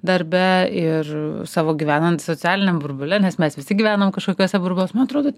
darbe ir savo gyvenant socialiniam burbule nes mes visi gyvenam kažkokiuose burbuluos man atrodo